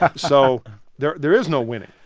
ah so there there is no winning.